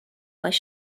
was